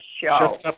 show